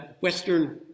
western